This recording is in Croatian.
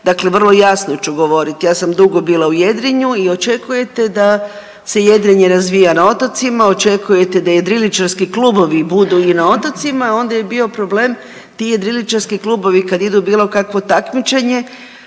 dakle vrlo jasno ću govorit ja sam dugo bila u jedrenju i očekujete da se jedrenje razvija na otocima, očekujete da jedriličarski klubovi budu na i na otocima, a onda je bio problem ti jedriličarski klubovi kad idu u bilo kakvo takmičenje